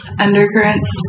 Undercurrents